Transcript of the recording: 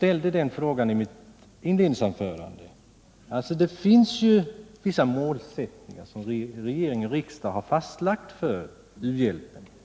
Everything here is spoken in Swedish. I mitt inledningsanförande ställde jag en fråga till Torsten Bengtson. Regering och riksdag har fastlagt vissa målsättningar